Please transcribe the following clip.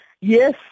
yes